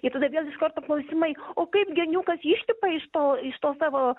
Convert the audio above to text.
ir tada vėl iš karto klausimai o kaip geniukas išlipa iš to iš to savo